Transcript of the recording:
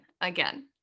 again